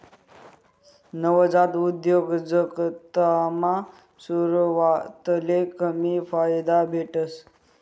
नवजात उद्योजकतामा सुरवातले कमी फायदा भेटस